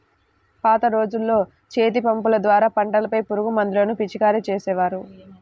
పాత రోజుల్లో చేతిపంపుల ద్వారా పంటలపై పురుగుమందులను పిచికారీ చేసేవారు